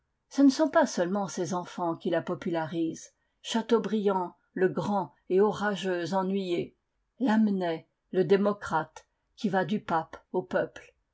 ce ne sont pas seulement ses enfants qui la popularisent chateaubriand le grand et orageux ennuyé lamennais le démocrate qui va du pape au peuple